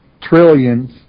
trillions